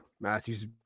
Matthew's